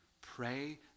Pray